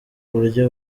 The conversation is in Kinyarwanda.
buryo